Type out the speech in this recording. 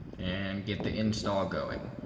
and get the install going